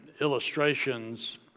illustrations